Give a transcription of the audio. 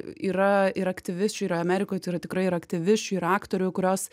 yra ir aktyvisčių yra amerikoj tai yra tikrai ir aktyvisčių ir aktorių kurios